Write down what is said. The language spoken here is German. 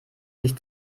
sich